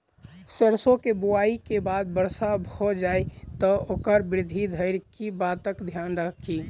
सैरसो केँ बुआई केँ बाद वर्षा भऽ जाय तऽ ओकर वृद्धि धरि की बातक ध्यान राखि?